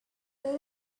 that